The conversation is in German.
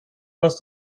etwas